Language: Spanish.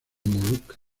molucas